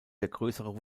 größere